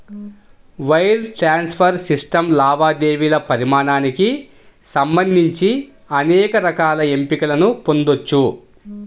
wire transfer system లావాదేవీల పరిమాణానికి సంబంధించి అనేక రకాల ఎంపికలను పొందొచ్చు